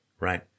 right